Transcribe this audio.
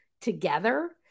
together